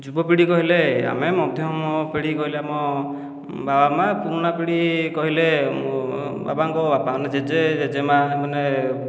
ଯୁବ ପିଢ଼ି କହିଲେ ଆମେ ମଧ୍ୟମ ପିଢ଼ି କହିଲେ ଆମ ବାବା ମା ପୁରୁଣା ପିଢ଼ି କହିଲେ ମୋ ବାବାଙ୍କ ବାପା ମାନେ ଜେଜେ ଜେଜେମା ମାନେ